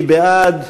מי בעד?